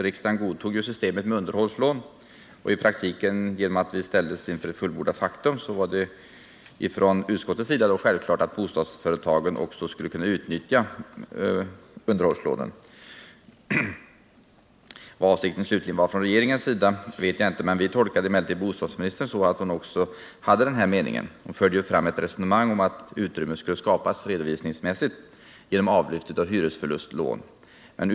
Riksdagen godtog systemet med underhållslån, och genom att vi i praktiken ställdes inför fullbordat faktum var det självklart för oss i utskottet att bostadsföretagen också skulle kunna utnyttja underhållslånen. Vad avsikten slutligen var från regeringens sida vet jag inte. Vi tolkade emellertid bostadsministern så att hon också hade denna mening. Hon förde ju ett resonemang om att utrymme skulle skapas — redovisningsmässigt — genom avlyft av hyresförlustlån.